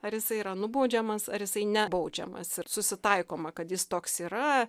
ar jisai yra nubaudžiamas ar jisai nebaudžiamas ir susitaikoma kad jis toks yra